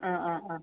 ആ ആ ആ